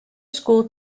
school